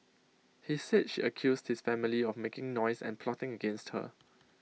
he said she accused his family of making noise and plotting against her